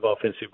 offensive